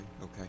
Okay